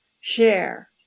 share